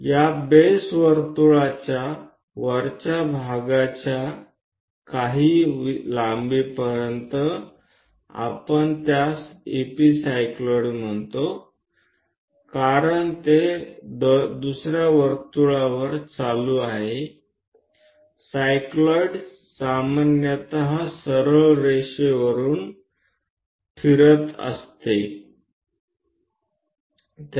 या बेस वर्तुळाच्या वरच्या भागाच्या काही विशिष्ट लांबीपर्यंत आपण त्यास एपिसाइक्लॉईड म्हणतो कारण ते दुसर्या वर्तुळावर फिरत आहे साइक्लॉईड सामान्यत सरळ रेषेवरून रोल करतो